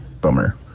bummer